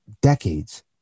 decades